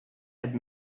had